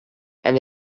and